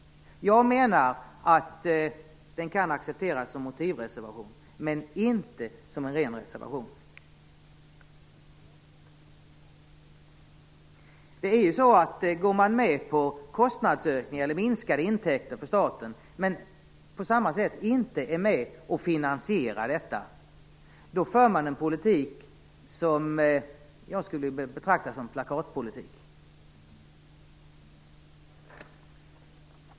Jag menar att den kan accepteras som en motivreservation, men inte som en ren reservation. Går man med på kostnadsökningar eller minskade intäkter för staten men samtidigt inte är med och finansierar detta för man en politik som jag skulle vilja beteckna som plakatpolitik.